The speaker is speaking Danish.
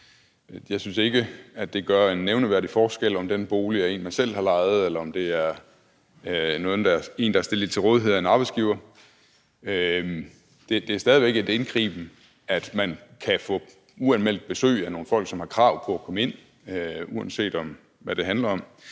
Jeg synes ikke, det gør en nævneværdig forskel, om den bolig er en, man selv har lejet, eller om det er en, der er stillet til rådighed af en arbejdsgiver. Det er stadig væk en indgriben, at man kan få uanmeldt besøg af nogle folk, som har krav på at komme ind – uanset hvad det handler om.